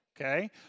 okay